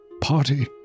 party